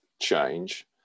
change